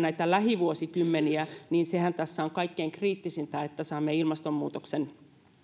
näitä lähivuosikymmeniä niin sehän tässä on kaikkein kriittisintä että saamme ilmastonmuutoksen